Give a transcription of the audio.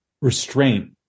restraint